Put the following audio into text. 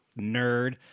Nerd